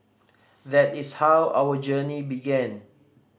that is how our journey began